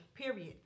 Period